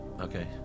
Okay